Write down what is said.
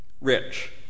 rich